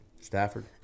Stafford